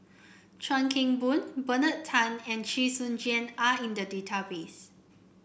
Chuan Keng Boon Bernard Tan and Chee Soon Juan are in the database